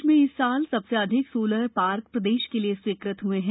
देश में इस वर्ष सबसे अधिक सोलर पार्क प्रदेश के लिये स्वीकृत हुए हैं